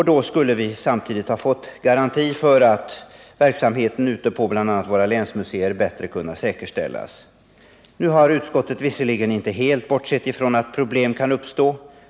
Då skulle vi samtidigt ha fått en garanti för att verksamheten på våra länsmuseer hade kunnat säkerställas. Nu har utskottet dock inte helt bortsett från att problem kan uppstå.